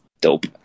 dope